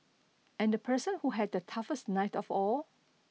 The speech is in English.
and the person who had the toughest night of all